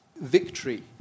victory